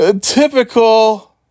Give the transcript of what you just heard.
Typical